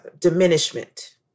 diminishment